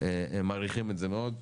מעריכים את זה מאוד.